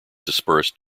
dispersed